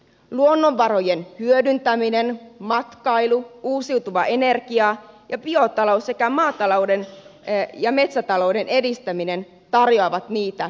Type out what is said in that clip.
luonnonvarojen hyödyntäminen matkailu uusiutuva energia ja biotalous sekä maa ja metsätalouden edistäminen tarjoavat niitä koko suomessa